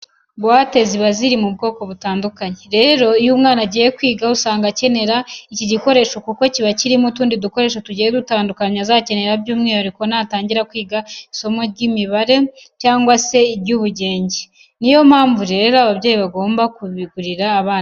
Buwate ziba ziri mu bwoko butandukanye. Rero iyo umwana agiye kwiga usanga akenera iki gikoresho kuko kiba kirimo utundi dukoresho tugiye dutandukanye azakenera by'umwihariko natangira kwiga isomo ry'imibara cyangwa se iry'ubugenge. Ni yo mpamvu rero ababyeyi bagomba kubigurira abana babo.